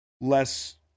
less